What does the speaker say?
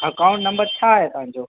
account number छा आहे तव्हांजो